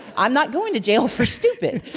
i'm not going to jail for stupid.